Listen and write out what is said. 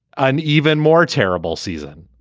an even more terrible season